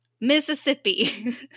Mississippi